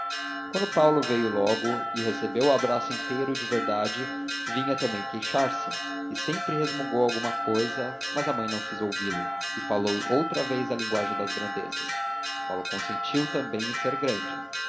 mas paulo veio logo e recebeu o abraço inteiro e de verdade vinha também queixar-se e sempre resmungou alguma cousa mas a mãe não quis ouvi-lo e falou outra vez a linguagem das grandezas paulo consentiu também em ser grande